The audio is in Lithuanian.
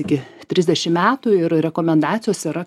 iki trisdešim metų ir rekomendacijos yra